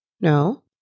No